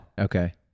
Okay